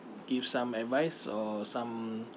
give some advice or some